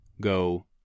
go